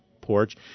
porch